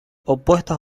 opuestas